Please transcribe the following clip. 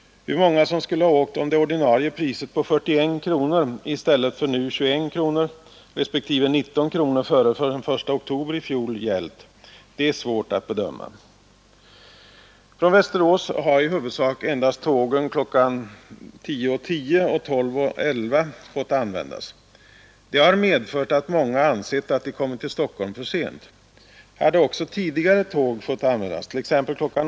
Hur många som skulle ha åkt om det ordinarie priset på 41 kronor i stället för nu 21 kronor respektive 19 kronor före den 1 oktober i fjol gällt är svårt att bedöma. Från Västerås har i huvudsak endast tågen kl. 10.10 och 12.11 fått användas. Det har medfört att många ansett att de kommit till Stockholm för sent. Hade också tidigare tåg fått användas, t.ex. kl.